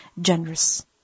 generous